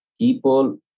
people